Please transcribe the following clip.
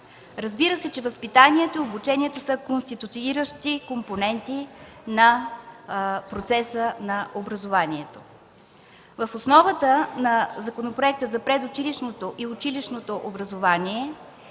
Разбира се, че възпитанието и обучението са конституиращи компоненти на процеса на образованието. В основата на Законопроекта за предучилищното и училищното образование